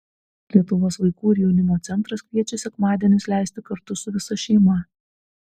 lietuvos vaikų ir jaunimo centras kviečia sekmadienius leisti kartu su visa šeima